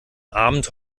abend